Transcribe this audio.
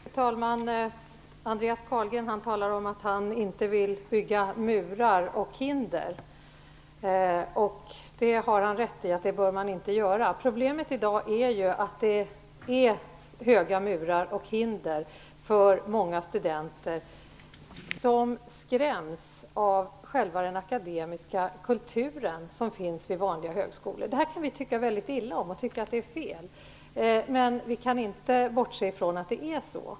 Fru talman! Andreas Carlgren talar om att han inte vill bygga murar och hinder. Det har han rätt i att man inte bör göra. Problemet i dag är ju att det finns höga murar och hinder för många studenter som skräms av själva den akademiska kulturen vid många högskolor. Vi kan tycka illa om det och tycka att det är fel. Men vi kan inte bortse från att det är så.